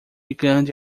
grande